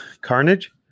Carnage